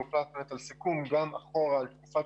הוחלט באמת על סיכום גם אחורה לתקופת